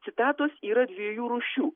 citatos yra dviejų rūšių